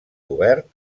obert